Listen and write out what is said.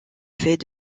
fait